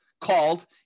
called